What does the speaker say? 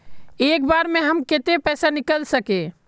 एक बार में हम केते पैसा निकल सके?